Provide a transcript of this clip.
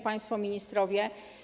Państwo Ministrowie!